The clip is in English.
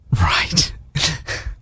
right